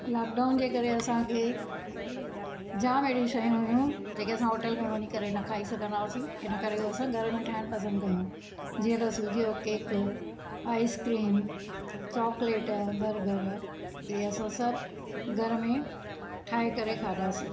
lockdown जे करे असांखे जाम अहिड़ियूं शयूं हुयूं जेके असां होटल में वञी करे न खाई सघंदा हुआसीं इन करे उहो असां घर में ठाहिण पसंदि कयूं जीअं त सूजीअ जो केक आइसक्रीम चॉकलेट बर्गर इहे असां सभु घर में ठाहे करे खाधासी